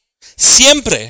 Siempre